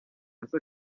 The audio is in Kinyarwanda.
hasi